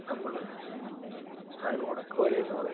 നമ്മൾ അതിനെ ഉടക്കുവല എന്ന് പറയും